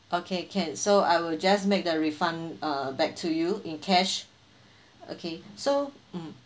okay can so I will just make the refund uh back to you in cash okay so mm